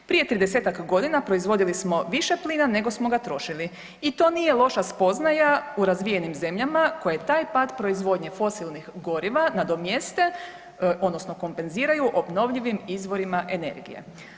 Prije 30-tak godina proizvodili smo više plina, nego smo ga trošili i to nije loša spoznaja u razvijenim zemljama koje taj pad proizvodnje fosilnih goriva nadomjeste odnosno kompenziraju obnovljivim izvorima energije.